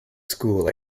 school